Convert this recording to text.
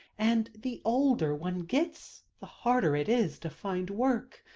and the older one gets, the harder it is to find work.